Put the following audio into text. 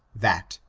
that,